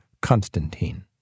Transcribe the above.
Constantine